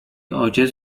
ojciec